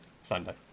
Sunday